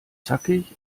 zackig